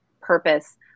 purpose